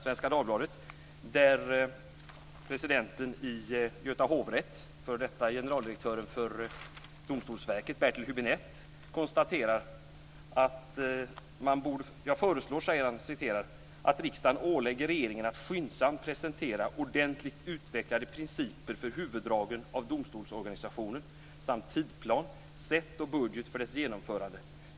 Där säger presidenten i Göta hovrätt, f.d. generaldirektören för Domstolsverket Bertil Hübinette, följande: "Jag föreslår att riksdagen ålägger regeringen att skyndsamt presentera ordentligt utvecklade principer för huvuddragen av domstolsorganisationen samt tidplan, sätt och budget för dess genomförande.